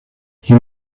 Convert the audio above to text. you